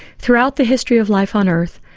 throughout the history of life on earth,